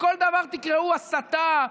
לכל דבר תקראו הסתה,